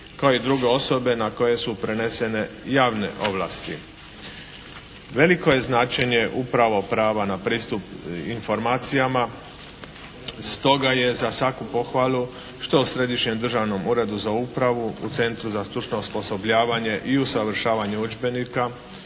kao i druge osobe na koje su prenesene javne ovlasti. Veliko je značenje upravo prava na pristup informacijama. Stoga je za svaku pohvalu što u Središnjem državnom uredu za upravu u Centru za stručno osposobljavanje i usavršavanje službenika